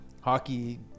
hockey